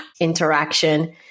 interaction